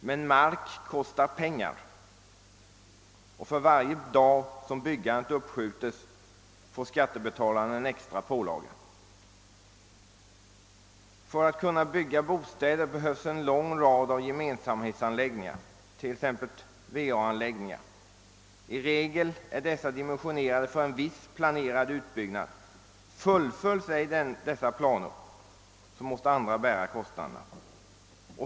Men mark kostar pengar, och för varje dag som byggandet uppskjutes får skattebetalarna en extra pålaga. För att kunna bygga bostäder behövs också en rad gemensamhetsanordningar, t.ex. vattenoch avloppsanläggningar. I regel är dessa dimensionerade för en viss planerad utbyggnad, och om den inte fullföljes måste andra bära kostnaderna.